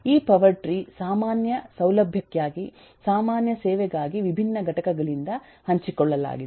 ಈ power tree ಸಾಮಾನ್ಯ ಸೌಲಭ್ಯಕ್ಕಾಗಿ ಸಾಮಾನ್ಯ ಸೇವೆಗಾಗಿ ವಿಭಿನ್ನ ಘಟಕಗಳಿಂದ ಹಂಚಿಕೊಳ್ಳಲಾಗಿದೆ